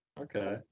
Okay